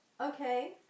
Okay